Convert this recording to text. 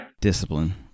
Discipline